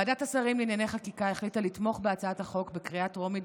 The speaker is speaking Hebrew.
ועדת השרים לענייני חקיקה החליטה לתמוך בהצעת החוק בקריאה טרומית,